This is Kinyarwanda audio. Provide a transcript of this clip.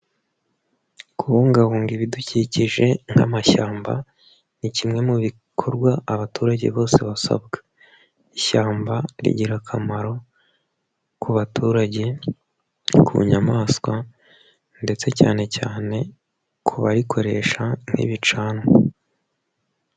Kubungabunga ibidukikije nk'amashyamba, ni kimwe mu bikorwa abaturage bose basabwa. Ishyamba rigira akamaro, ku baturage, ku nyamaswa, ndetse cyane cyane ku barikoresha nk'ibicanwa.